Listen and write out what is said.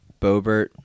Bobert